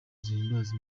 zihimbaza